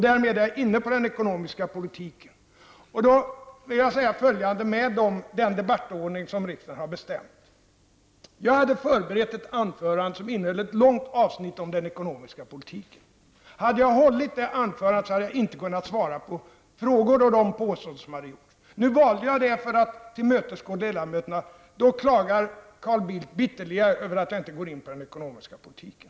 Därmed är jag inne på den ekonomiska politiken. Jag hade förberett ett anförande som innehöll ett långt avsnitt om den ekonomiska politiken. Hade jag hållit det anförandet hade jag inte kunnat svara på frågor som ställts och bemöta de påståenden som gjorts i debatten. Nu valde jag det senare för att tillmötesgå ledamöternas önskan. Men då klagar Carl Bildt bitterligen på att jag inte går in på den ekonomiska politiken.